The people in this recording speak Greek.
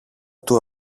του